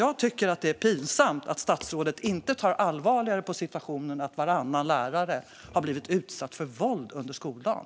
Jag tycker att det är pinsamt att statsrådet inte ser allvarligare på situationen att varannan lärare har blivit utsatt för våld under skoldagen.